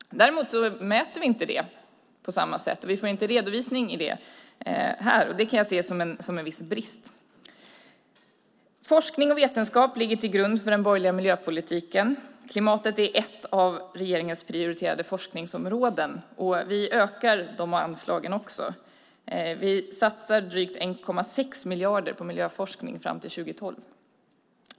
Däremot mäter vi inte det på samma sätt, och vi får inte redovisning i det här. Det kan jag se som en viss brist. Forskning och vetenskap ligger till grund för den borgerliga miljöpolitiken. Klimatet är ett av regeringens prioriterade forskningsområden. Vi ökar de anslagen också. Vi satsar drygt 1,6 miljarder på miljöforskning fram till 2012.